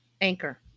Anchor